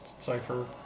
cipher